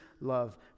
love